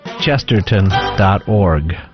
Chesterton.org